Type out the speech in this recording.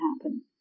happen